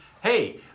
Hey